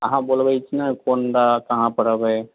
अहाँ बोलबै कोन जगह कहाँ पर रहबै